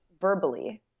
verbally